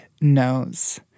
knows